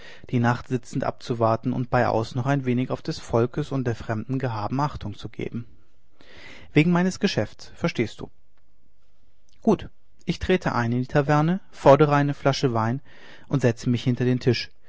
die nacht sitzend abzuwarten und beiaus noch ein wenig auf des volks und der fremden gehaben achtung zu geben wegen meines geschäftes verstehst du gut ich trete ein in die taverne fordere eine flasche wein und setze mich hinter den tisch